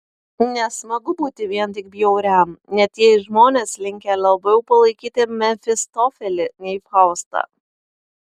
nesmagu būti vien tik bjauriam net jei žmonės linkę labiau palaikyti mefistofelį nei faustą